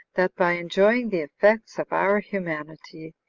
that by enjoying the effects of our humanity,